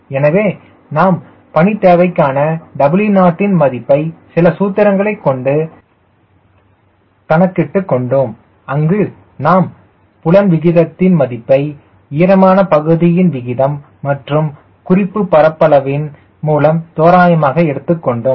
எனவே நாம் பணி தேவைக்கான W0 யின் மதிப்பை சில சூத்திரங்களை கொண்டு கணக்கிட்டுக் கொண்டோம் அங்கு நாம் புலன் விகிதத்தின் மதிப்பை ஈரமான பகுதியின் விகிதம் மற்றும் குறிப்பு பரப்பளவின் மூலம் தோராயமாக எடுத்துக்கொண்டோம்